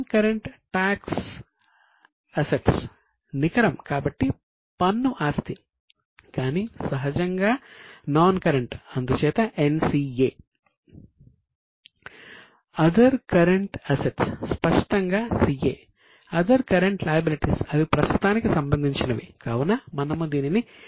current tax assets అందుచేత NCA